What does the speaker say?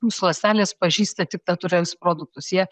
mūsų ląstelės pažįsta tik natūralius produktus jie